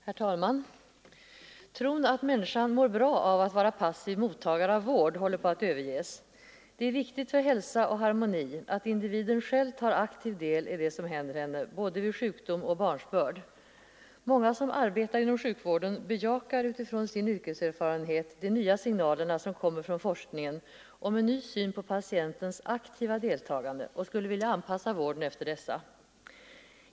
Herr talman! Tron att människan mår bra av att vara passiv mottagare av vård håller på att överges. Det är viktigt för hälsa och harmoni att individen själv tar aktiv del i det som händer henne, både vid sjukdom och vid barnsbörd. Många som arbetar inom sjukvården bejakar utifrån sin yrkeserfarenhet de nya signalerna som kommer från forskningen om en ny syn på patientens aktiva deltagande och skulle vilja anpassa vården efter dessa.